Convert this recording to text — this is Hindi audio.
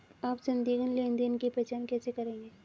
आप संदिग्ध लेनदेन की पहचान कैसे करेंगे?